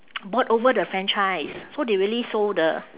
bought over the franchise so they really sold the